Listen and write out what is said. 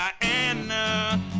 Diana